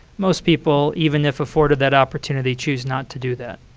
most people, even if afforded that opportunity, choose not to do that.